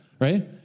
right